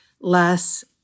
less